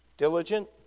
Diligent